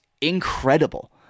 incredible